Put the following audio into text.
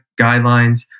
guidelines